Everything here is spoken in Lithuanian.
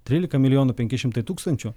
trylika milijonų penki šimtai tūkstančių